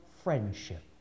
friendship